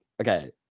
okay